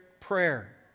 prayer